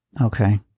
Okay